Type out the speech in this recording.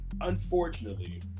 unfortunately